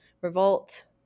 revolt